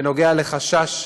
בנושא חשש